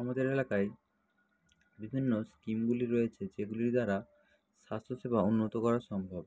আমাদের এলাকায় বিভিন্ন স্কিমগুলি রয়েছে যেগুলি দ্বারা স্বাস্থ্য সেবা উন্নত করা সম্ভব